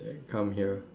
come here